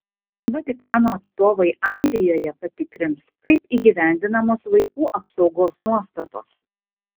vatikano atstovai airijoje patikrins kaip įgyvendinamos vaikų apsaugos nuostatos